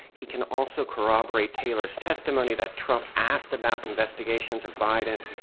he can also corroborate taylor's testimony that trump asked about investigations of biden.